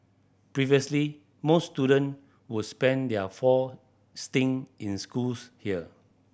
previously most student would spend their four stint in schools here